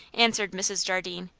answered mrs. jardine.